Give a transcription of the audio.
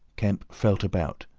kemp felt about,